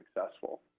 successful